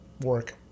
work